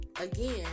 again